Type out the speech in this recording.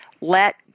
let